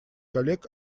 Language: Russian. коллег